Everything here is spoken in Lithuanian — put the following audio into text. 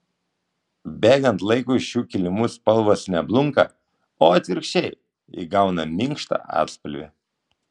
bėgant laikui šių kilimų spalvos ne blunka o atvirkščiai įgauna minkštą atspalvį